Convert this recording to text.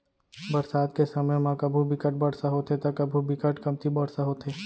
बरसात के समे म कभू बिकट बरसा होथे त कभू बिकट कमती बरसा होथे